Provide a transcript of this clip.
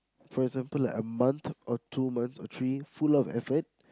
for example like a month or two months or three full of effort